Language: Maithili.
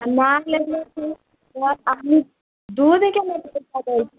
अपने दूधके ने पैसा दै छियै